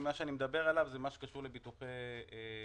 מה שאני מדבר עליו זה מה שקשור לגוף ולנפש.